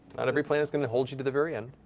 not every plan is going to hold you to the very end.